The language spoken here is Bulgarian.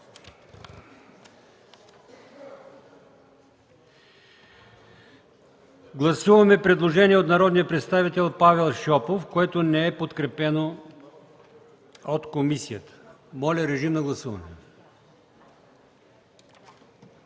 Гласуваме предложение от народния представител Павел Шопов, което не е подкрепено от комисията. Моля, гласувайте.